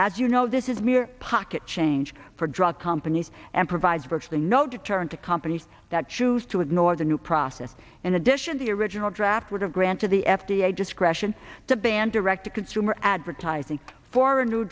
as you know this is mere pocket change for drug companies and provides virtually no deterrent to companies that choose to ignore the new process in addition the original draft would have granted the f d a discretion to ban director consumer advertising for a new